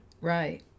Right